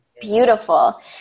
beautiful